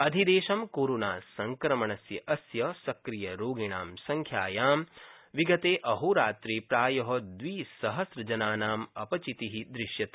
अधिदेशं corona संक्रमणास्य सक्रियरोगिणां संख्यायां विगते अहोरात्रे प्राय द्विसहस्रजनानां अपचिति दृश्यते